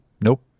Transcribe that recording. nope